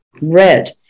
red